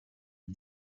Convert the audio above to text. est